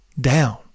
down